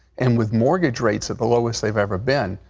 and with mortgage rates at the lowest they've ever been,